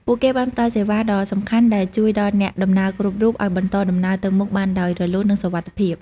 ពួកគេបានផ្តល់សេវាដ៏សំខាន់ដែលជួយដល់អ្នកដំណើរគ្រប់រូបឱ្យបន្តដំណើរទៅមុខបានដោយរលូននិងសុវត្ថិភាព។